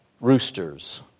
roosters